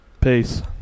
Peace